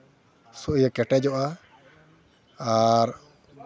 ᱠᱮᱴᱮᱡᱚᱜᱼᱟ ᱟᱨ